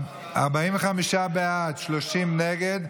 45 בעד, 30 נגד.